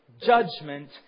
judgment